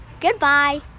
Goodbye